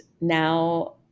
now